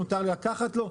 מותר לי לקחת לו,